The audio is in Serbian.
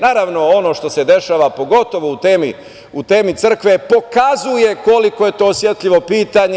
Naravno, ono što se dešava, pogotovo u temi crkve, pokazuje koliko je to osetljivo pitanje.